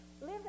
Live